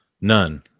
None